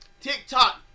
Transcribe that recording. TikTok